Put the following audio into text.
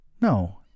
No